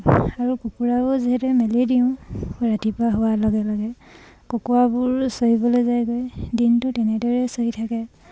আৰু কুকুৰাও যিহেতু মেলি দিওঁ ৰাতিপুৱা হোৱাৰ লগে লগে কুকুৰাবোৰ চৰিবলৈ যায়গৈ দিনটো তেনেদৰে চৰি থাকে